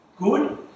Good